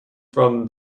from